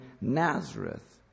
Nazareth